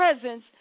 presence